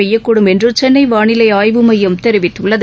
பெய்யக்கூடும் என்று சென்னை வானிலை ஆய்வு மையம் தெரிவித்துள்ளது